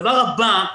הדבר הבא,